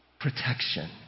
protection